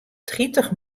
tritich